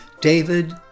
David